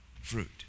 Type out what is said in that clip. fruit